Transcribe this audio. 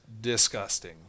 disgusting